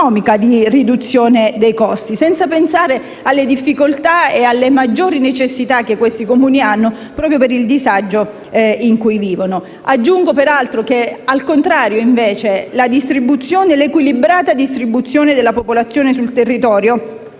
di riduzione dei costi, senza pensare alle difficoltà ed alle maggiori necessità che questi Comuni hanno proprio per il disagio in cui vivono. Aggiungo, peraltro, che, al contrario, l'equilibrata distribuzione della popolazione sul territorio